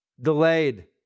delayed